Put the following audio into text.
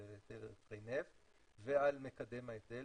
על רווחי נפט ועל מקדם ההיטל,